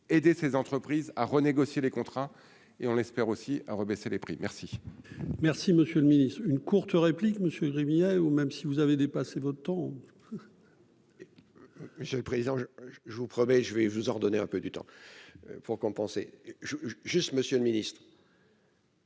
aider ces entreprises à renégocier les contrats et on l'espère aussi, hein rebaisser les prix merci. Merci, monsieur le Ministre, une courte réplique monsieur Huré ou même si vous avez dépassé votre temps. Monsieur le Président, je vous promets, je vais vous en donner un peu de temps pour compenser juste Monsieur le Ministre.